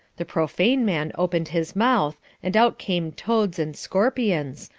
the profane man opened his mouth and out came toads and scorpions,